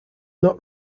not